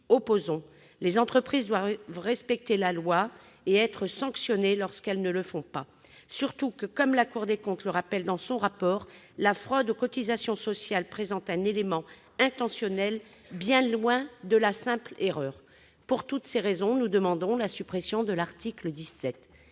opposons. Les entreprises doivent respecter la loi et être sanctionnées lorsqu'elles ne le font pas, d'autant que, comme la Cour des comptes le rappelle dans son rapport, la fraude aux cotisations sociales présente un élément intentionnel, bien loin de la simple erreur. Pour toutes ces raisons, nous demandons la suppression de l'article 17.